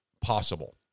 possible